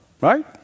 right